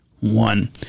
One